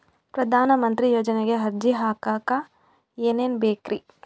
ಪ್ರಧಾನಮಂತ್ರಿ ಯೋಜನೆಗೆ ಅರ್ಜಿ ಹಾಕಕ್ ಏನೇನ್ ಬೇಕ್ರಿ?